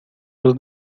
los